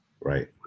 Right